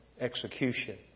execution